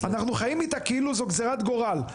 אנחנו חיים איתה כאילו זאת גזירת גורל.